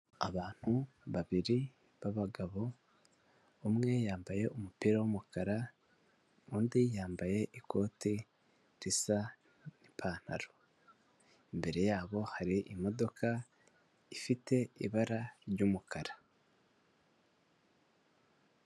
Abantu babiri b'abagabo umwe yambaye umupira w'umukara undi yambaye ikote risa n'ipantaro, imbere yabo hari imodoka ifite ibara ry'umukara.